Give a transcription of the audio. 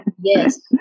Yes